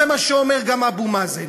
זה מה שאומר גם אבו מאזן.